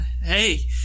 Hey